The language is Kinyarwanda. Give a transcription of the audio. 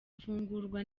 gufungurwa